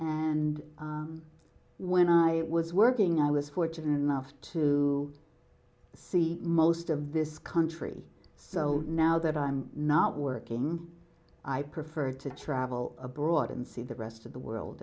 d when i was working i was fortunate enough to see most of this country so now that i'm not working i prefer to travel abroad and see the rest of the world